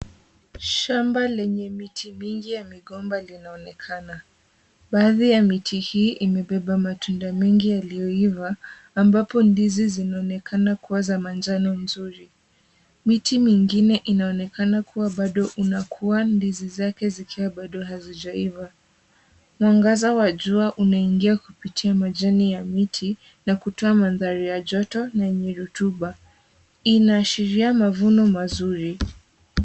Shamba lenye miti mingi ya migomba linaonekana. Baadhi ya mti hii imebeba matunda mengi yaliyoiva ambapo ndizi zinaonekana kuwa za manjano nzuri. Miti mingine inaonekana inakua ndizi zake zikiwa bado hazijaiva. Mwangaza wa jua unaingia kupitia majani ya miti na kutoa mandhari ya joto na rutuba. Inaashiria mavuno mazuri.